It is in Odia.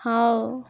ହେଉ